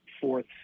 fourth